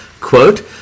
quote